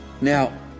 Now